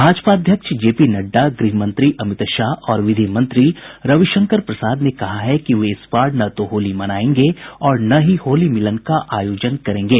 भारतीय जनता पार्टी के अध्यक्ष जगत प्रकाश नड्डा गृहमंत्री अमित शाह और विधि मंत्री रविशंकर प्रसाद ने कहा है कि वे इस बार न तो होली मनाएंगे और न ही होली मिलन का आयोजन करेंगे